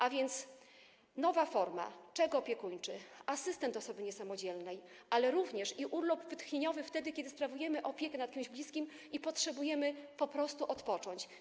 A więc nowa forma - czek opiekuńczy, asystent osoby niesamodzielnej, ale również urlop wytchnieniowy, wtedy kiedy sprawujemy opiekę nad kimś bliskim i po prostu potrzebujemy odpocząć.